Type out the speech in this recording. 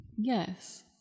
Yes